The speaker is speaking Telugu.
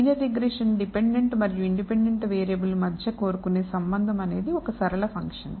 లీనియర్ రిగ్రెషన్ డిపెండెంట్ మరియు ఇండిపెండెంట్ వేరియబుల్ మధ్య కోరుకునే సంబంధం అనేది ఒక సరళ ఫంక్షన్